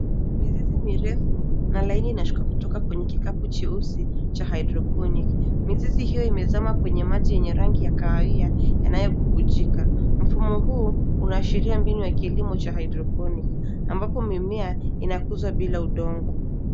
Mizizi mirefu na laini inashuka kutoka kwenye kikapu cheusi cha hydroponic . Mizizi hiyo imezama kwenye maji yenye rangi ya kahawia yanayobubujika. Mfumo huu unaashiria mbinu ya kilimo cha hydroponics ambapo mimea inakuzwa bila udongo.